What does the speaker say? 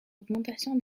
augmentation